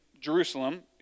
Jerusalem